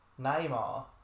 Neymar